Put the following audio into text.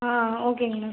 ஆ ஓகேங்க மேம்